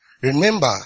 Remember